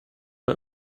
bei